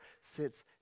sits